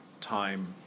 Time